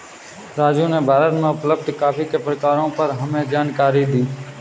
राजू ने भारत में उपलब्ध कॉफी के प्रकारों पर हमें जानकारी दी